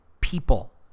people